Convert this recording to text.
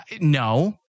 no